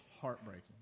heartbreaking